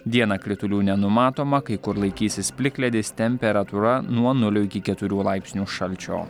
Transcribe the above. dieną kritulių nenumatoma kai kur laikysis plikledis temperatūra nuo nulio iki keturių laipsnių šalčio